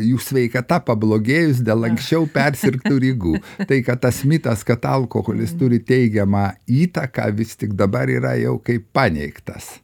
jų sveikata pablogėjus dėl anksčiau persirgtų ligų tai kad tas mitas kad alkoholis turi teigiamą įtaką vis tik dabar yra jau kaip paneigtas